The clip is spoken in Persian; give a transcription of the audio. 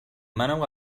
منم